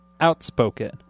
Outspoken